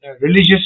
religious